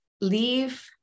leave